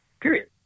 Period